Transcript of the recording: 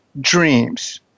Dreams